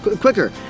quicker